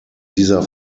dieser